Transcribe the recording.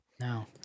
No